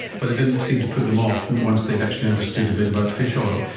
but it didn't seem to put them off once they'd actually understood a bit about fish oil.